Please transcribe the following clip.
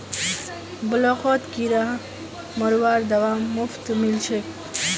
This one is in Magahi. ब्लॉकत किरा मरवार दवा मुफ्तत मिल छेक